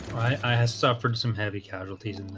i have suffered some heavy casualties